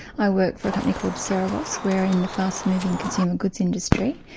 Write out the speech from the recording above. i work for a company called cerebos, we're in the fast-moving consumer goods industry.